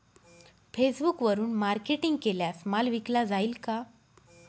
फेसबुकवरुन मार्केटिंग केल्यास माल विकला जाईल का?